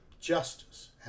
justice